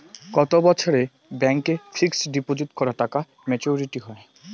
কত বছরে ব্যাংক এ ফিক্সড ডিপোজিট করা টাকা মেচুউরিটি হয়?